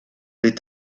est